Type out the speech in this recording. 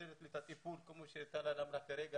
נותן את הטיפול כמו שטלל אמרה כרגע,